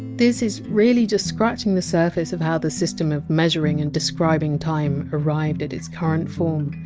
this is really just scratching the surface of how the system of measuring and describing time arrived at its current form,